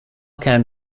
can